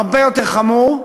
הרבה יותר חמור,